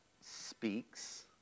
speaks